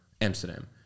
Amsterdam